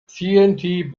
tnt